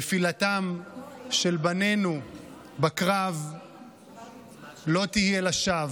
נפילתם של בנינו בקרב לא תהיה לשווא.